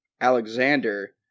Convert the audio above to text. Alexander